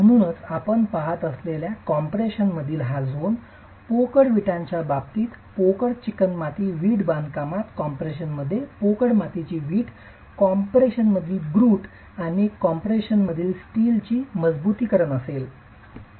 म्हणूनच आपण पहात असलेल्या कॉम्प्रेशन मधील हा झोन पोकळ विटांच्या बाबतीत पोकळ चिकणमाती वीट बांधकामात कॉम्प्रेशनमध्ये पोकळ मातीची वीट कॉम्प्रेशनमधील ग्रूट आणि कॉम्प्रेशनमध्ये स्टीलची मजबुतीकरण असेल